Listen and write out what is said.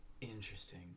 Interesting